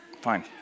fine